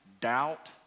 doubt